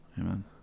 amen